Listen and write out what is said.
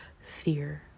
fear